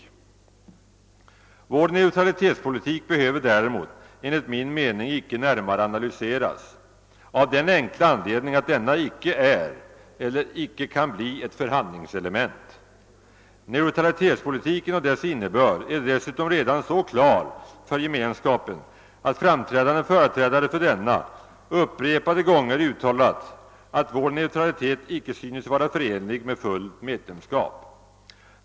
Vår neutralitetspolitik behöver däremot enligt min mening icke närmare analyseras av den enkla anledningen att denna icke är eller kan bli ett förhandlingselement. Neutralitetspolitiken och dess innebörd är dessutom redan så klar för Gemenskapen att framträdande företrädare för denna upprepade gånger uttalat att vår neutralitet icke synes vara förenlig med fullt medlemskap.